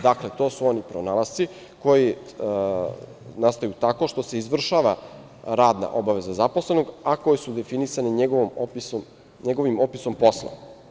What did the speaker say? Dakle, to su pronalasci koji nastaju tako što se izvršava radna obaveza zaposlenog, a koji su definisani njegovim opisom posla.